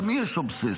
למי יש אובססיה,